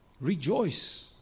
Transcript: Rejoice